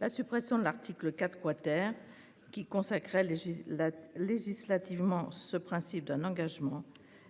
La suppression de l'article 4 quater, qui consacrait les la législative Mons ce principe d'un engagement